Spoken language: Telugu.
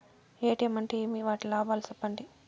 ఎ.టి.ఎం అంటే ఏమి? వాటి లాభాలు సెప్పండి?